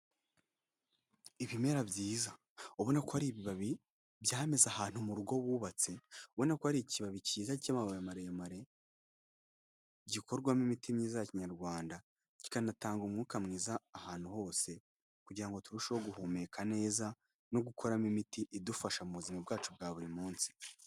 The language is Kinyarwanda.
Ibimera byiza ubona ko ari ibibabi byameze ahantu mu rugo bubatse, ubona ko ari ikibabi cyiza cy'amababi maremare gikorwamo imiti myiza ya kinyarwanda, kikanatanga umwuka mwiza ahantu hose, kugira ngo turusheho guhumeka neza no gukuramo imiti idufasha muzima bwacu bwa buri munsi.